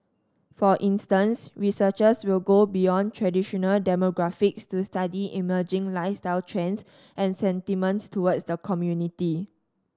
for instance researchers will go beyond traditional demographics to study emerging lifestyle trends and sentiments towards the community